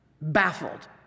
Baffled